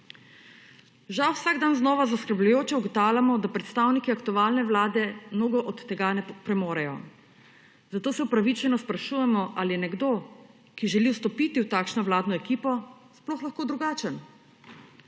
Žal vsak dan znova zaskrbljujoče ugotavljamo, da predstavniki aktualne Vlade mnogo od tega ne premorejo. Zato se upravičeno sprašujemo, ali je nekdo, ki želi vstopiti v takšno vladno ekipo, sploh lahko drugačen.